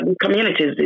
communities